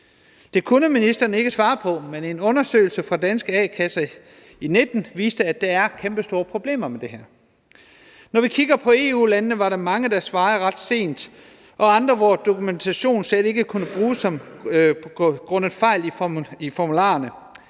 Det kunne ministeren ikke svare på, men en undersøgelse fra danske a-kasser i 2019 viste, at der er kæmpestore problemer med det her. Når vi kigger på EU-landene, var der mange, der svarede ret sent, og andre, hvor dokumentationen slet ikke kunne bruges på grund af fejl i formularerne.